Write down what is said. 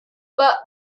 but